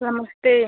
नमस्ते